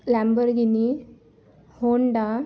Lamborghini Honda